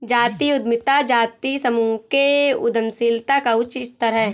जातीय उद्यमिता जातीय समूहों के उद्यमशीलता का उच्च स्तर है